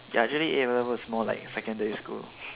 ya actually A levels more like secondary school